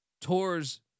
tours